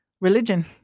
religion